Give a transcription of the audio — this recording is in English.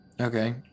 Okay